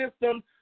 system